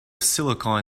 silicon